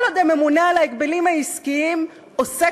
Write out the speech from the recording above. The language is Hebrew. כל עוד הממונה על ההגבלים העסקיים עושה